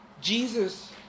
Jesus